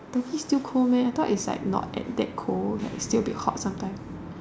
turkey still cold meh I thought it's like not that cold it'll still be hot sometimes